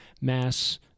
mass